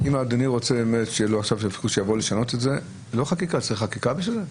אם אדוני רוצה שישנו את זה, צריך חקיקה בשביל זה?